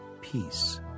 peace